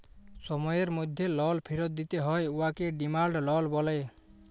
সময়ের মধ্যে লল ফিরত দিতে হ্যয় উয়াকে ডিমাল্ড লল ব্যলে